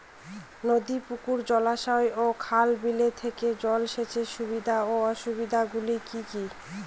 নদী পুকুর জলাশয় ও খাল বিলের থেকে জল সেচের সুবিধা ও অসুবিধা গুলি কি কি?